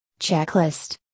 checklist